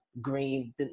green